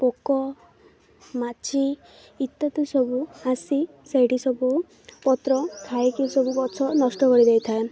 ପୋକ ମାଛି ଇତ୍ୟାଦି ସବୁ ଆସି ସେଇଠି ସବୁ ପତ୍ର ଖାଇକି ସବୁ ଗଛ ନଷ୍ଟ କରିଦେଇଥାଏ